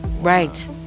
right